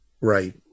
Right